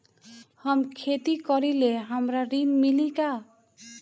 हम खेती करीले हमरा ऋण मिली का?